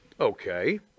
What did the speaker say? Okay